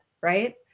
right